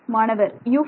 மாணவர் U4